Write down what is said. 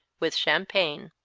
with champagne.